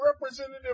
representative